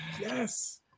Yes